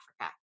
Africa